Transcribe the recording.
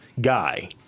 Guy